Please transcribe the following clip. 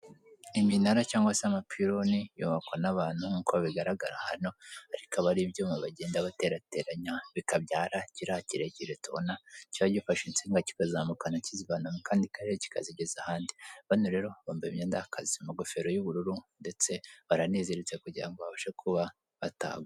iminara cyangwa se amapironi yubakwa n'abantu nk'uko bigaragara hano ariko aba ari ibyuma bagenda baterateranya bikabyara kiriya kirekire tubona cyaba gifashe insinga kikazamukana kizivana mu kandi karere kikazigeza ahandi bano rero bambaye imyenda y'akazi amagofero y'ubururu ndetse baraniziritse kugira ngo babashe kuba batagwa.